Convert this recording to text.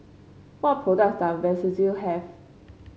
what products does Vagisil have